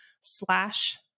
slash